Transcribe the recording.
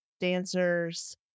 dancers